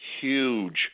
huge